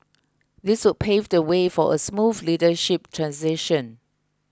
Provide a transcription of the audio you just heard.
this would pave the way for a smooth leadership transition